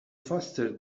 faster